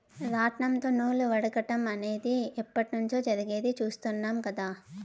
రాట్నంతో నూలు వడకటం అనేది ఎప్పట్నుంచో జరిగేది చుస్తాండం కదా